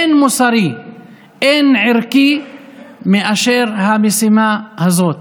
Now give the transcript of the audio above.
אין מוסרי ואין ערכי מאשר המשימה הזאת.